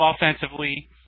offensively